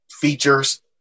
features